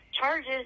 charges